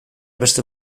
beste